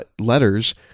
letters